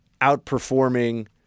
outperforming